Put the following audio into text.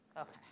Okay